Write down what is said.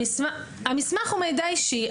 המסמך הוא מידע אישי.